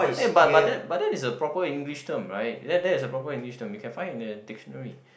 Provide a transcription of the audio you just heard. eh but but that but that is a proper English term right that that is a proper English term you can find it in the dictionary